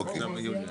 אוקיי.